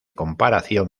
comparación